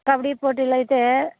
kabaddi పోటీలైతే